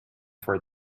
for